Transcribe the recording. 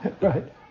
Right